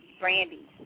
Brandy